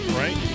right